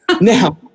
Now